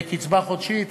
בקצבה חודשית,